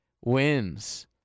wins